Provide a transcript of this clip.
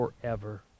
forever